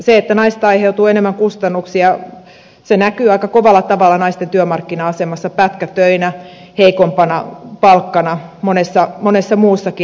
se että naisista aiheutuu enemmän kustannuksia näkyy aika kovalla tavalla naisten työmarkkina asemassa pätkätöinä heikompana palkkana monessa muussakin